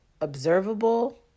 observable